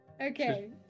Okay